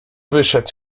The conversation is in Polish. wyszedł